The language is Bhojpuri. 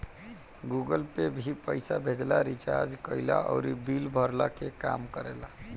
गूगल पे भी पईसा भेजला, रिचार्ज कईला अउरी बिल भरला के काम करेला